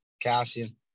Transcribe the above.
Cassian